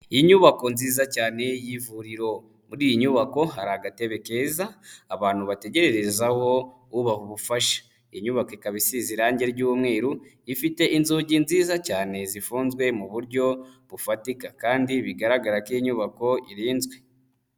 Inyubako nziza cyane y'ivuriro, muri iyi nyubako hari agatebe keza abantu bategererezaho ubaha ubufasha. Iyi nyubako ikaba isize irange ry'umweru, ifite inzugi nziza cyane zifunzwe mu buryo bufatika kandi bigaragara ko iyi nyubako irinzwe.